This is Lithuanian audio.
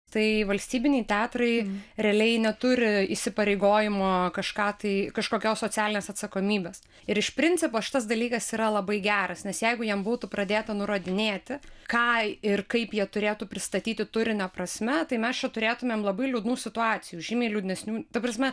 tai valstybiniai teatrai realiai neturi įsipareigojimo kažką tai kažkokios socialinės atsakomybės ir iš principo šitas dalykas yra labai geras nes jeigu jiem būtų pradėta nurodinėti ką ir kaip jie turėtų pristatyti turinio prasme tai mes čia turėtumėm labai liūdnų situacijų žymiai liūdnesnių ta prasme